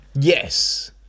yes